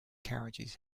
carriages